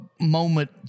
moment